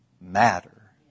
matter